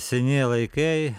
esi seni laikai